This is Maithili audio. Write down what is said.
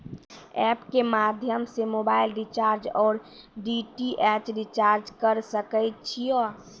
एप के माध्यम से मोबाइल रिचार्ज ओर डी.टी.एच रिचार्ज करऽ सके छी यो?